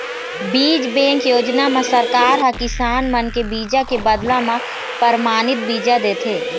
बीज बेंक योजना म सरकार ह किसान मन के बीजा के बदला म परमानित बीजा देथे